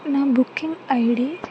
నా booking I D